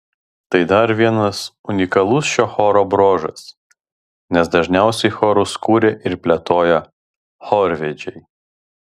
tai dar vienas unikalus šio choro bruožas nes dažniausiai chorus kuria ir plėtoja chorvedžiai